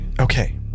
okay